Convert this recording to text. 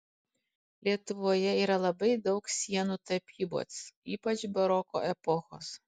lietuvoje yra labai daug sienų tapybos ypač baroko epochos